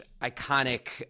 iconic